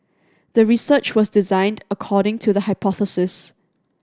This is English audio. the research was designed according to the hypothesis